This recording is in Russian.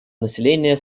населения